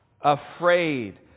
afraid